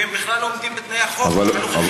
והם בכלל לא עומדים בתנאי החוק הנוכחי.